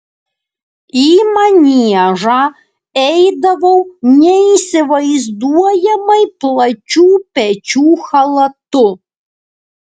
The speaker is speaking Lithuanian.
į maniežą eidavau neįsivaizduojamai plačių pečių chalatu